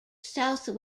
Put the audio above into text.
south